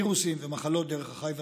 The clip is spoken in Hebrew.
וירוסים ומחלות דרך החי והצומח.